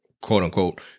quote-unquote